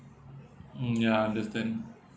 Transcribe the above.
mm ya I understand